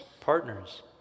partners